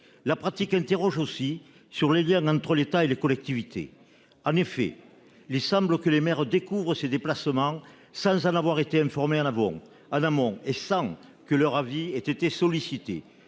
des questions sur les liens entre l'État et les collectivités. En effet, il semble que les maires découvrent ces déplacements sans en avoir été informés en amont et sans que leur avis ait été sollicité.